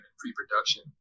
pre-production